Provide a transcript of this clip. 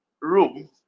room